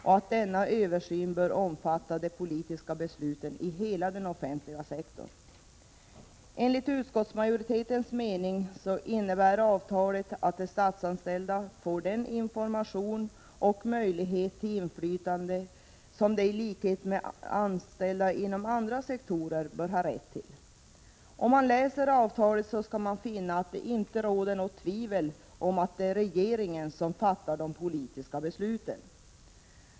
Denna översyn anser man bör omfatta de politiska besluten i hela den offentliga sektorn. Enligt utskottsmajoritetens mening innebär avtalet att de statsanställda får den information och möjlighet till inflytande som de i likhet med anställda inom andra sektorer bör ha rätt till. Om man läser avtalet skall man finna att 47 det inte råder något tvivel om att det är regeringen som fattar de politiska besluten.